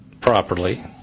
properly